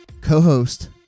co-host